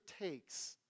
takes